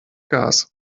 gas